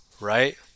right